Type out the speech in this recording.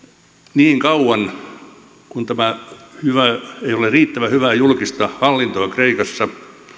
niin kauan kuin ei ole riittävän hyvää julkista hallintoa kreikassa